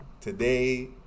today